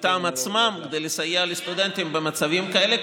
מטעם עצמם כדי לסייע לסטודנטים במצבים כאלה,